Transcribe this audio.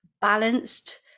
balanced